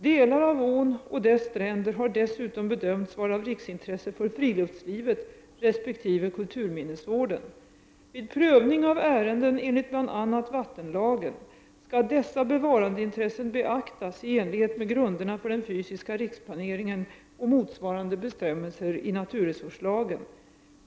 Delar av ån och dess stränder har dessutom bedömts vara av riksintresse för friluftslivet resp. kulturminnesvården. Vid prövning av ärenden enligt bl.a. vattenlagen skall dessa bevarandeintressen beaktas i enlighet med grunderna för den fysiska riksplaneringen och motsvarande bestämmelser i naturresrurslagen.